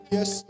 Yes